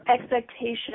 expectation